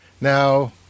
Now